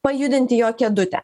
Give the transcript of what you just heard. pajudinti jo kėdutę